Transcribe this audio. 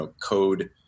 code